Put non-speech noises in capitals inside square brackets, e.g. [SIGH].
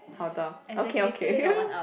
好的 okay okay [LAUGHS]